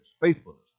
faithfulness